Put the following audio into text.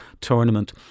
tournament